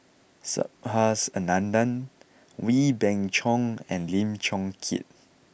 Subhas Anandan Wee Beng Chong and Lim Chong Keat